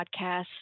podcast